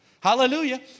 hallelujah